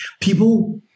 People